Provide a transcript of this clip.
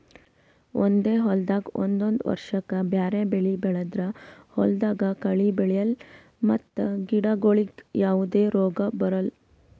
ಒಂದೇ ಹೊಲ್ದಾಗ್ ಒಂದೊಂದ್ ವರ್ಷಕ್ಕ್ ಬ್ಯಾರೆ ಬೆಳಿ ಬೆಳದ್ರ್ ಹೊಲ್ದಾಗ ಕಳಿ ಬೆಳ್ಯಾಲ್ ಮತ್ತ್ ಗಿಡಗೋಳಿಗ್ ಯಾವದೇ ರೋಗ್ ಬರಲ್